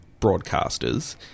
broadcasters